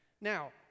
Now